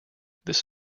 this